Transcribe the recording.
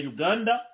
Uganda